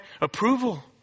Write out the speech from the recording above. approval